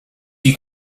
you